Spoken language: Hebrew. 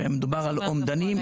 מדובר על אומדנים,